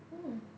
oh